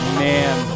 man